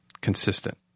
consistent